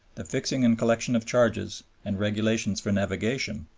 the fixing and collection of charges, and regulations for navigation.